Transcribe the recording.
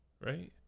Right